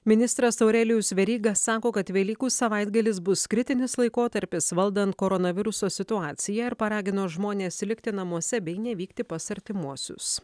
ministras aurelijus veryga sako kad velykų savaitgalis bus kritinis laikotarpis valdant koronaviruso situaciją ir paragino žmones likti namuose bei nevykti pas artimuosius